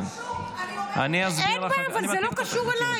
זה לא קשור.